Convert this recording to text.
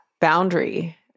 boundary